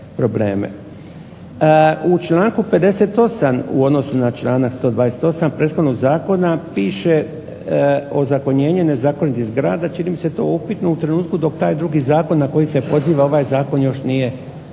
U članku 58. u odnosu na članak 128. prethodnog zakona piše, ozakonjenje nezakonitih zgrada čini mi se to je upitno dok taj drugi zakon na koji se poziva ovaj Zakon još nije usvojen